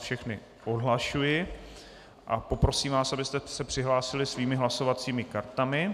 Všechny odhlašuji a prosím, abyste se přihlásili svými hlasovacími kartami.